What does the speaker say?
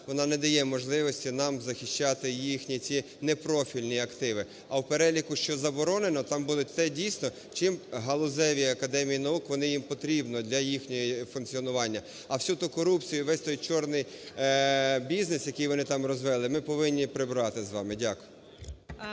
вона не дає можливості нам захищати ці непрофільні активи. А в переліку, що заборонено, там буде те, дійсно, чим галузеві академії наук, вони їм потрібні для їхнього функціонування. А всю ту корупцію, весь той чорний бізнес, який вони там розвели, ми повинні прибрати з вами. Дякую.